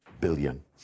billion